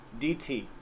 DT